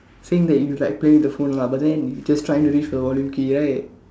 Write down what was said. saying that you like playing with the phone lah but then you just trying to reach for volume key right